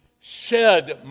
shed